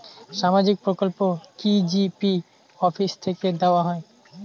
সামাজিক প্রকল্প কি জি.পি অফিস থেকে দেওয়া হয়?